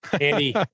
Andy